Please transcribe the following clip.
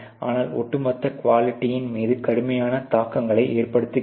அல்லது ஒட்டுமொத்த குவாலிட்டியின் மீது கடுமையான தாக்கங்களை ஏற்படுத்துகிறது